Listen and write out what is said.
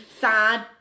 sad